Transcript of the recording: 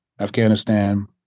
Afghanistan